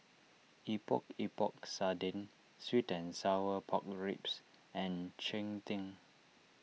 Epok Epok Sardin Sweet and Sour Pork Ribs and Cheng Tng